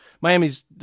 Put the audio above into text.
Miami's